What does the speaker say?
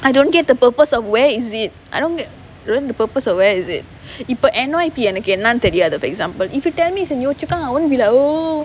I don't get the purpose of where is it I don't get ruin the purpose of where is it இப்போ:ippo N_Y_P எனக்கு என்னானு தெரியாது:enakku ennaanu theriyaathu if you tell me it's in yio chu kang I won't be like oh